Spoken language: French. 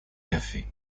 café